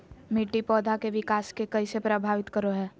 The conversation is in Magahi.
मिट्टी पौधा के विकास के कइसे प्रभावित करो हइ?